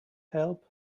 help